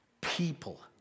People